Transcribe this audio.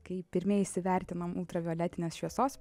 kai pirmieji įsivertinam ultravioletinės šviesos